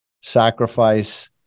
sacrifice